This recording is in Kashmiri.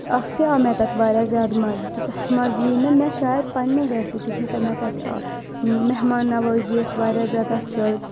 اکھتُے آو مےٚ تَتہِ واریاہ زیادٕ مَزٕ تیوٗتاہ مَزٕ یی نہٕ مےٚ شاید پَننہِ گرِ تہِ کِہیٖنۍ یوٗتاہ مےٚ تَتہِ آو مہمان نوٲزی ٲسۍ واریاہ زیادٕ اَصٕل